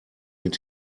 mit